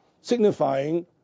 signifying